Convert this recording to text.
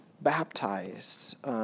baptized